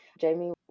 Jamie